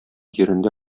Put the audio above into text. җирендә